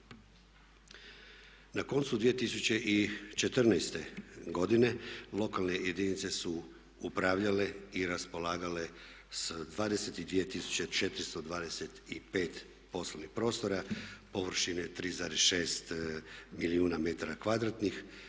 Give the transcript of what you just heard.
Na koncu 2014. godine lokalne jedinice su upravljale i raspolagale sa 22 tisuće 425 poslovnih prostora površine 3,6 milijuna metara kvadratnih,